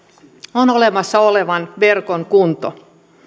on olemassa olevan verkon kunto